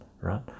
right